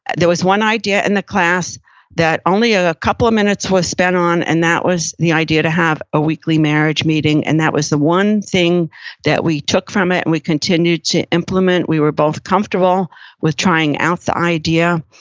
there was one idea in the class that only a couple of minutes was spent on and that was the idea to have a weekly marriage meeting. and that was the one thing that we took from it and we continued to implement. we were both comfortable with trying out the idea.